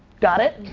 got it?